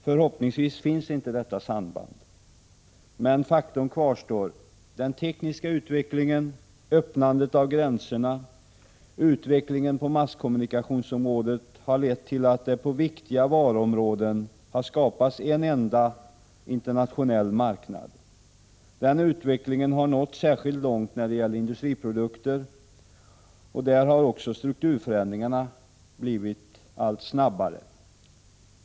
Förhoppningsvis finns inte detta samband, men faktum kvarstår: den tekniska utvecklingen, öppnandet av gränserna och utvecklingen på masskommunikationsområdet har lett till att det på viktiga varuområden har skapats en enda internationell marknad. Den utvecklingen har nått särskilt långt när det gäller industriprodukter, och där har också strukturförändringarna blivit allt snabbare.